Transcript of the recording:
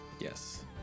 Yes